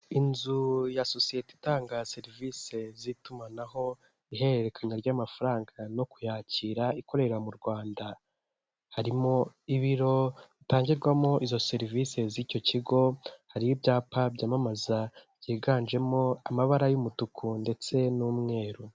Inzu ya sosiyete itanga serivisi z'itumanaho ihererekanya ry'amafaranga no kuyakira, ikorera mu Rwanda, harimo ibiro bitangirwamo izo serivisi z'icyo kigo, hari ibyapa byamamaza byiganjemo amabara y'umutuku ndetse n'umweru.